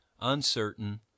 uncertain